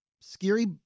scary